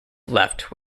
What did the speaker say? left